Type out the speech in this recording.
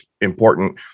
important